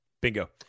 Bingo